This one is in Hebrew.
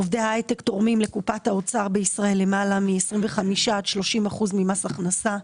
עובדי ההייטק תורמים לקופת האוצר בישראל למעלה מ-25% עד 30% ממס הכנסה.